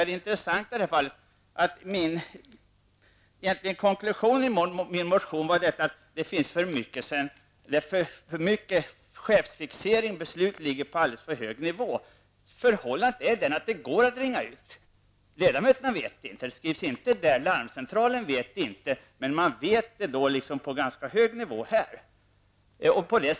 Det intressanta i det här fallet är -- det är egentligen konklusionen i min motion -- att det finns för mycket chefsfixering i riksdagen, besluten fattas på en alldeles för hög nivå. Det går att ringa ut. Men ledamöterna vet det inte. Larmcentralen vet det inte, men man vet det på en ganska hög nivå här i huset.